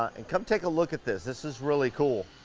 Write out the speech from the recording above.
and come take a look at this, this is really cool.